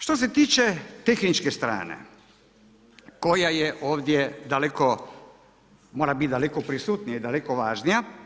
Što se tiče tehničke strane koja je ovdje daleko mora biti daleko prisutnija i daleko važnija.